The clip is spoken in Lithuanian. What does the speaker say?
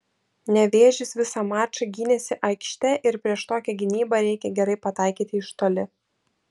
nevėžis visą mačą gynėsi aikšte ir prieš tokią gynybą reikia gerai pataikyti iš toli